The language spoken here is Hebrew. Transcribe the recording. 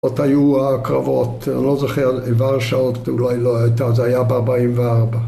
עוד היו הקרבות, אני לא זוכר, עבר שעות אולי לא הייתה, זה היה ב-44